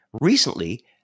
Recently